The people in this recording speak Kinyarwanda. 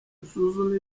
gusuzuma